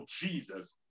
Jesus